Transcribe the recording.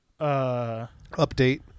Update